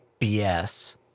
BS